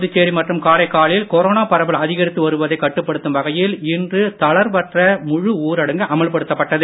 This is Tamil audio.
புதுச்சேரி மற்றும் காரைக்காலில் கொரோனா பரவல் அதிகரித்து வருவதை கட்டுப்படுத்தும் வகையில் இன்று தளர்வற்ற முழு ஊரடங்கு அமல்படுத்தப்பட்டது